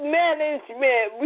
management